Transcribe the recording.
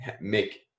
make